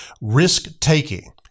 risk-taking